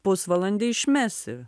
pusvalandį išmesi